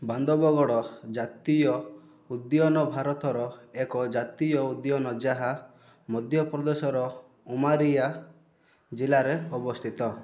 ବାନ୍ଦବଗଡ଼ ଜାତୀୟ ଉଦ୍ୟାନ ଭାରତର ଏକ ଜାତୀୟ ଉଦ୍ୟାନ ଯାହା ମଧ୍ୟପ୍ରଦେଶର ଉମାରିଆ ଜିଲ୍ଲାରେ ଅବସ୍ଥିତ